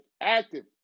active